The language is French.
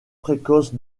précoce